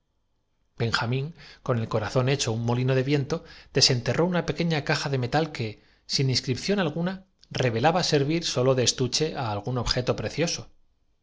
benjamín con el corazón hecho un molino de viento desenterró una pequeña caja de metal que sin ins silencio profana cripción alguna revelaba servir sólo de estuche á algún